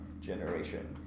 generation